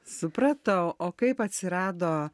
supratau o kaip atsirado